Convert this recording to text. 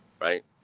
Right